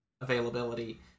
availability